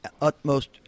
utmost